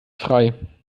frei